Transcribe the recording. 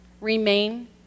remain